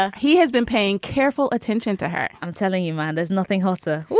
ah he has been paying careful attention to her. i'm telling you, man, there's nothing hotter. oh,